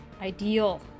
Ideal